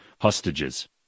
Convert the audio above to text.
hostages